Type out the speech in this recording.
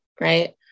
right